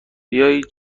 بیایید